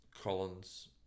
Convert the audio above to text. Collins